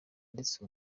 ndetse